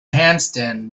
handstand